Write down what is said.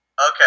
Okay